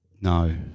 No